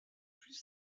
plus